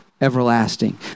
everlasting